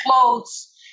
clothes